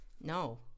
No